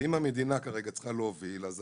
אם המדינה כרגע צריכה להוביל, אז